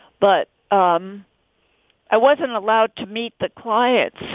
but um i wasn't allowed to meet the clients